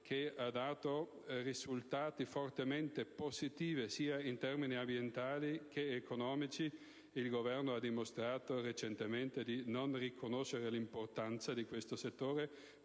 che ha dato risultati fortemente positivi, sia in termini ambientali che economici, il Governo ha dimostrato recentemente di non riconoscere l'importanza di questo settore